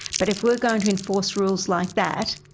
but if we're going to enforce rules like that,